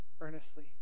earnestly